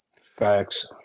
facts